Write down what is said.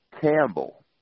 Campbell